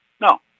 No